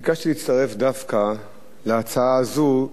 ביקשתי להצטרף דווקא להצעה הזאת,